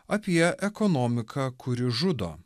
apie ekonomiką kuri žudo